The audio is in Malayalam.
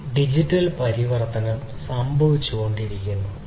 ഈ ഡിജിറ്റൽ പരിവർത്തനം സംഭവിച്ചുകൊണ്ടിരിക്കുന്നു